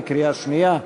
בקריאה שנייה.